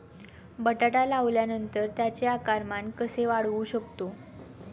बटाटा लावल्यानंतर त्याचे आकारमान कसे वाढवू शकतो?